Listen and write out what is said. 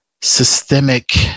systemic